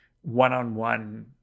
one-on-one